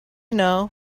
know